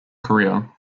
career